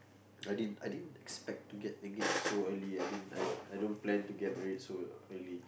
I didn't I didn't expect to get engaged so early I didn't I don't plan to get married so early